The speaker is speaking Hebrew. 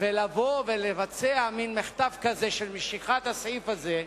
ולבוא ולבצע מין מחטף כזה של משיכת הסעיף הזה.